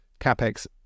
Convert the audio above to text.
capex